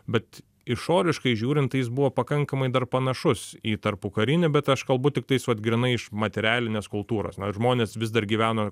bet išoriškai žiūrint tai jis buvo pakankamai dar panašus į tarpukarinį bet aš kalbu tiktais vat grynai iš materialinės kultūros na ir žmonės vis dar gyveno